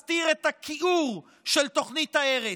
שנועדו להסתיר את הכיעור של תוכנית ההרס.